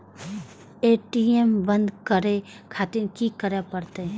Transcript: ATM बंद करें खातिर की करें परतें?